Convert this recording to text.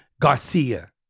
Garcia